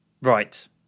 Right